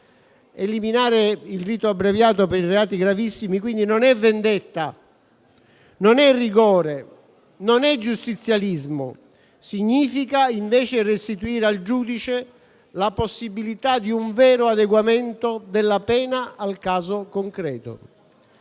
Eliminare il rito abbreviato per i reati gravissimi non è quindi vendetta, non è rigore, non è giustizialismo; significa invece restituire al giudice la possibilità di un vero adeguamento della pena al caso concreto